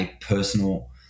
personal